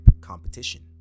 competition